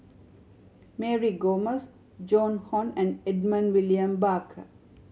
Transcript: Mary Gomes Joan Hon and Edmund William Barker